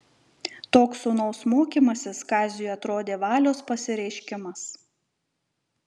toks sūnaus mokymasis kaziui atrodė valios pasireiškimas